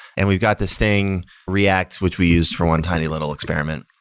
and we've got this thing, react, which we used for one tiny little experiment.